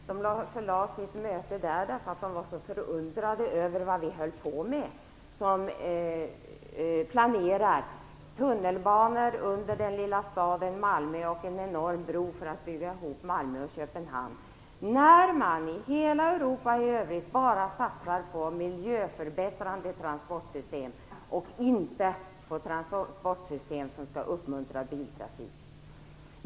De förlade sitt möte där därför att de var förundrade över vad vi håller på med som planerar tunnelbanor under den lilla staden Malmö och en enorm bro för att bygga ihop Malmö och Köpenhamn. I hela Europa i övrigt satsar man i stället bara på miljöförbättrande transportsystem, inte på transportsystem som uppmuntrar biltrafik.